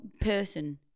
person